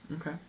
Okay